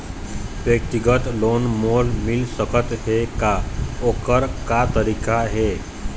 व्यक्तिगत लोन मोल मिल सकत हे का, ओकर का तरीका हे?